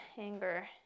anger